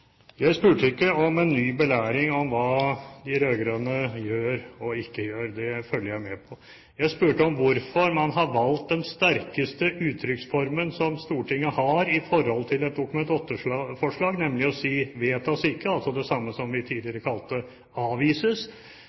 Jeg spurte ikke etter en ny belæring om hva de rød-grønne gjør og ikke gjør. Det følger jeg med på. Jeg spurte om hvorfor man har valgt den sterkeste uttrykksformen Stortinget har i forhold til et Dokument 8-forslag – nemlig å si «vedtas ikke», altså det samme som vi tidligere kalte «avvises» – når man vet at næringen leser disse signalene fra Stortinget. Det